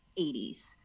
80s